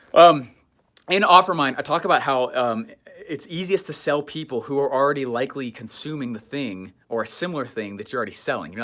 um in offermind i talk about how it's easiest to sell people who are already likely consuming the thing or similar thing that you're already selling. and you're